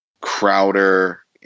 Crowder